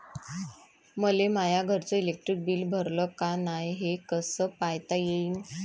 मले माया घरचं इलेक्ट्रिक बिल भरलं का नाय, हे कस पायता येईन?